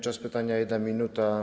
Czas pytania - 1 minuta.